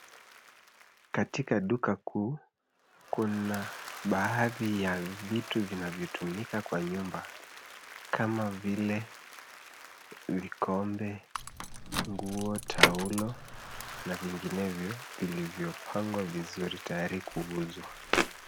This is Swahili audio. Katika duka kuu kuna baadhi ya vitu vinavyotumika kwa nyumba kama vile vikombe, nguo, taulo na vinginevyo vilivyopangwa vizuri tayari kuuzwa.